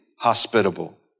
hospitable